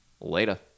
Later